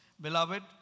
Beloved